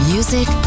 Music